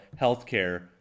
healthcare